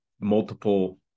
multiple